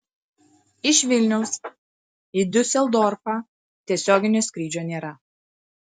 iš vilniaus į diuseldorfą tiesioginio skrydžio nėra